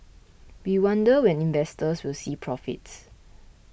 we wonder when investors will see profits